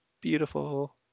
beautiful